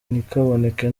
ntikaboneke